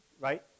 right